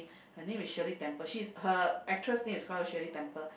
her name is shirley-temple she's her actress name is called Shirley temple